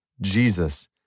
Jesus